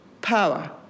power